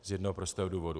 Z jednoho prostého důvodu.